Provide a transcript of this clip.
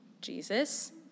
Jesus